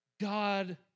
God